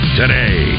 today